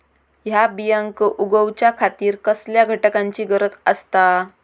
हया बियांक उगौच्या खातिर कसल्या घटकांची गरज आसता?